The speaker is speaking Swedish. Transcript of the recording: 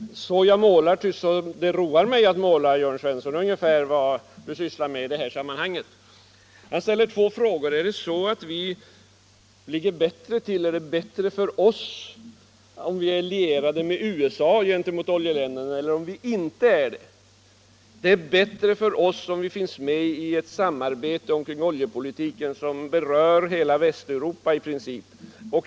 Herr talman! Så jag målar, ty så roar mig att måla — ungefär så tycks Jörn Svensson agera i det här sammanhanget. Han ställer två frågor: Är det bättre för oss om vi är lierade med USA gentemot oljeländerna eller om vi inte är det? — Det är bättre för oss om vi finns med i ett samarbete kring oljepolitiken som berör i princip hela Västeuropa.